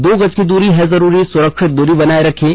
दो गज की दूरी है जरूरी सुरक्षित दूरी बनाए रखें